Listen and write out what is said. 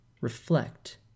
reflect